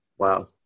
Wow